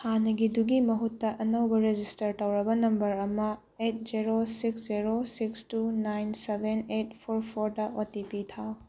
ꯍꯥꯟꯅꯒꯤꯗꯨꯒꯤ ꯃꯍꯨꯠꯇ ꯑꯅꯧꯕ ꯔꯦꯖꯤꯁꯇꯔ ꯇꯧꯔꯕ ꯅꯝꯕꯔ ꯑꯃ eight zero six zero six two nine seven eight four ꯐꯣꯔꯗ ꯑꯣ ꯇꯤ ꯄꯤ ꯊꯥꯎ